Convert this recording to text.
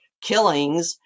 killings